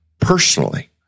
personally